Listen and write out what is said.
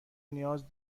نیاز